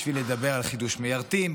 בשביל לדבר על חידוש מיירטים,